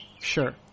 Sure